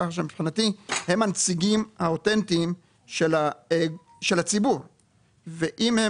כך שמבחינתי הם הנציגים האותנטיים של הציבור ואם הם